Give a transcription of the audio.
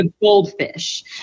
goldfish